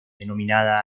denominada